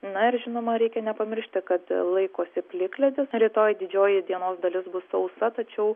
na ir žinoma reikia nepamiršti kad laikosi plikledis rytoj didžioji dienos dalis bus sausa tačiau